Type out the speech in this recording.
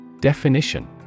Definition